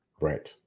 right